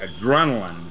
adrenaline